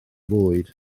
bwyd